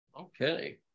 Okay